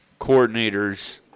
coordinators